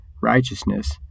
righteousness